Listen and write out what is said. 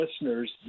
listeners